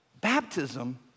Baptism